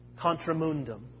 Contramundum